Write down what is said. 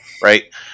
right